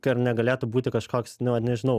tai ar negalėtų būti kažkoks nu nežinau